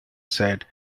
said